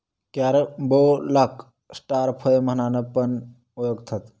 कॅरम्बोलाक स्टार फळ म्हणान पण ओळखतत